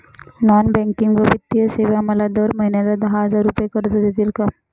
Non banking व वित्तीय सेवा मला दर महिन्याला दहा हजार रुपये कर्ज देतील का?